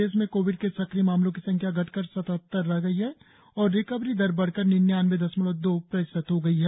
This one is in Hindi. प्रदेश में कोविड के सक्रिय मामलों की संख्या घटकर सतहत्तर रह गई है और रिकवरी दर बढ़कर निन्यानबे दशमलव दो प्रतिशत हो गई है